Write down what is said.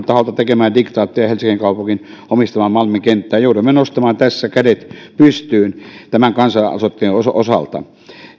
taholta tekemään diktaatteja helsingin kaupungin omistamaan malmin kenttään jouduimme nostamaan tässä kädet pystyyn tämän kansalaisaloitteen osalta